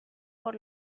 por